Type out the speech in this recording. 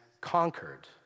conquered